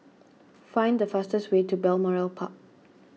find the fastest way to Balmoral Park